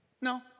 No